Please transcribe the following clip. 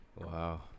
Wow